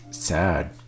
sad